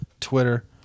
Twitter